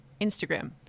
Instagram